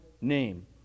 name